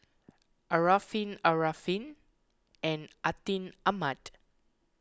Arifin Arifin and Atin Amat